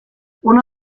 una